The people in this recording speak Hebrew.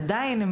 עדיין,